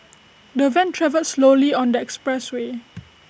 the van travelled slowly on the expressway